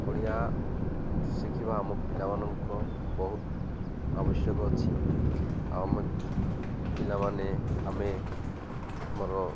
ଓଡ଼ିଆ ଶିଖିବା ଆମ ପିଲାମାନଙ୍କ ବହୁତ ଆବଶ୍ୟକ ଅଛି ଆଉ ଆମ ପିଲାମାନେ ଆମେ ଆମର